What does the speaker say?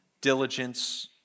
diligence